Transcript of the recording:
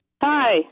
Hi